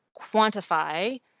quantify